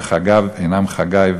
וחגיו אינם חגי,